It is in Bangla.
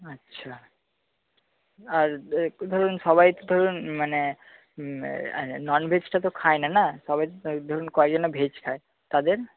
আচ্ছা আর ধরুন সবাই তো ধরুন মানে নন ভেজটা তো খায়না না সবাই ধরুন কয়জন ভেজ খায় তাদের